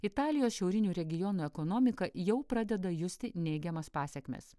italijos šiaurinių regionų ekonomika jau pradeda justi neigiamas pasekmes